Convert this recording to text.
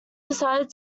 decided